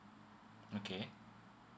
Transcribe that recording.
okay